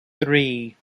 three